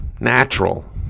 Natural